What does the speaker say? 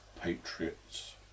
Patriots